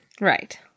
Right